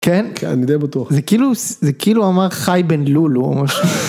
כן? כן, אני די בטוח. זה כאילו, זה כאילו אמר חי בן לולו